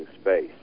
space